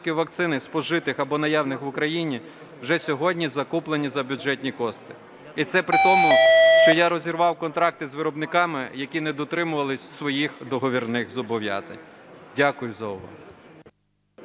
відсотків вакцини, спожитих або наявних в Україні, вже сьогодні закуплені за бюджетні кошти, і це при тому, що я розірвав контракти з виробниками, які не дотримувалися своїх договірних зобов'язань. Дякую за увагу.